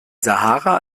sahara